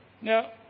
Now